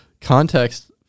Context